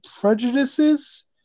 prejudices